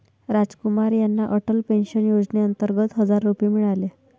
रामकुमार यांना अटल पेन्शन योजनेअंतर्गत हजार रुपये मिळाले